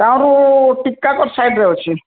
ଗାଁରୁ ସାଇଟ୍ରେ ଅଛି